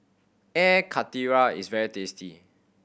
Air Karthira is very tasty